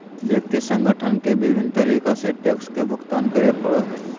व्यक्ति संगठन के विभिन्न तरीका से टैक्स के भुगतान करे पड़ो हइ